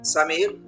Samir